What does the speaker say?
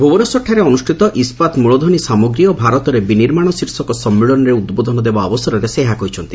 ଭୁବନେଶ୍ୱରଠାରେ ଅନୁଷ୍ଠିତ 'ଇସ୍ଚାତ ମୂଳଧନୀ ସାମଗ୍ରୀ ଓ ଭାରତରେ ବିନିର୍ମାଣ' ଶୀର୍ଷକ ସମ୍ମିଳନୀରେ ଉଦ୍ ଅବସରରେ ସେ ଏହା କହିଛନ୍ତି